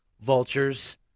Vultures